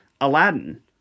Aladdin